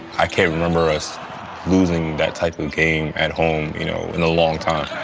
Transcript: i can't remember us losing that type of game at home you know in a long time.